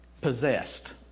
possessed